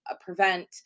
prevent